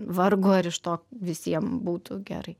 vargu ar iš to visiem būtų gerai